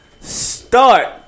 start